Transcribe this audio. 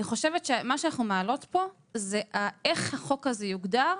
מה שאנחנו מעלות פה זה איך החוק הזה יוגדר,